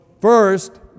first